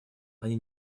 они